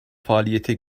faaliyete